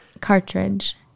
Cartridge